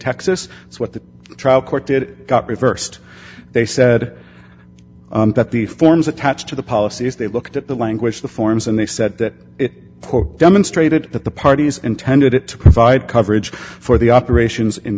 texas it's what the trial court did it got reversed they said that the forms attached to the policies they looked at the language the forms and they said that it demonstrated that the parties intended it to provide coverage for the operations in